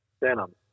denim